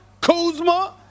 Kuzma